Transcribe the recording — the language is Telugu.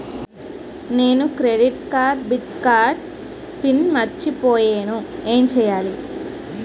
నేను క్రెడిట్ కార్డ్డెబిట్ కార్డ్ పిన్ మర్చిపోయేను ఎం చెయ్యాలి?